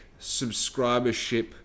subscribership